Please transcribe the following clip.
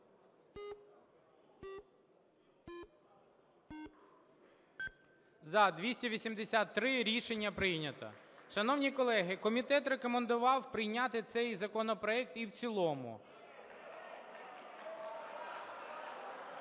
За – 283 Рішення прийнято. Шановні колеги! Комітет рекомендував прийняти цей законопроект і в цілому. (Шум